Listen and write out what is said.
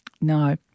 No